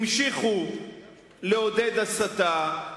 המשיכו לעודד הסתה,